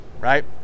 right